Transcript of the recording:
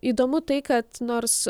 įdomu tai kad nors